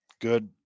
good